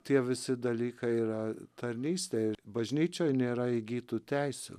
tie visi dalykai yra tarnystė bažnyčioj nėra įgytų teisių